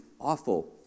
awful